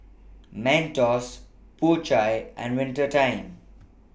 Mentos Po Chai and Winter Time